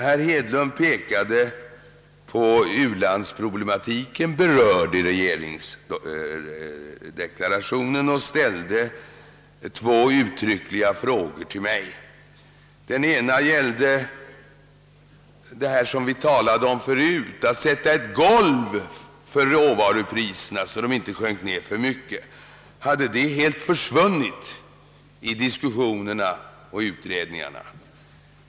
Herr Hedlund pekade på u-landsproblematiken, berörd i regeringsdeklarationen, och ställde två uttryckliga frågor till mig. Den ena gällde vad vi talat om förut, nämligen att man skulle sätta ett golv för råvarupriserna så att de inte sjönk för mycket. Hade detta helt försvunnit i diskussionerna och utredningarna?